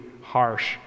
harsh